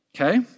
okay